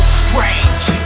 strange